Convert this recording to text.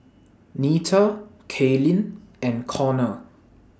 Nita Kaylynn and Konnor